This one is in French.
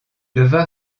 leva